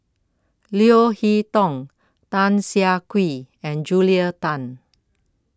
Leo Hee Tong Tan Siah Kwee and Julia Tan